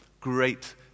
great